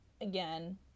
Again